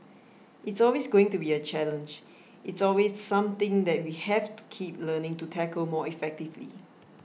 it's always going to be a challenge it's always something that we have to keep learning to tackle more effectively